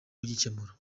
kugikemura